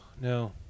no